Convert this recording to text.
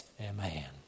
Amen